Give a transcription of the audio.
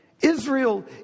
Israel